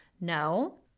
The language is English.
No